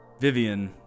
Vivian